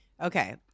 okay